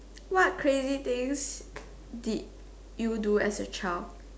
what crazy things did you do as a child